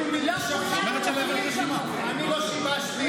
אני לא שיבשתי, לא שיקרתי, לא הדלפתי.